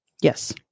Yes